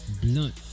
blunt